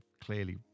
clearly